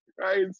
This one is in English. right